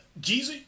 Jeezy